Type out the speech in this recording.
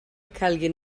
calguin